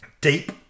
Deep